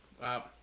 Wow